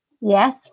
yes